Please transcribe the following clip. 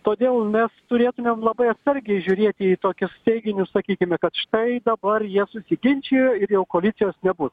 todėl mes turėtumėm labai atsargiai žiūrėti į tokius teiginius sakykime kad štai dabar jie susiginčijo ir jau koalicijos nebus